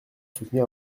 soutenir